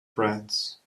threads